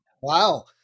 Wow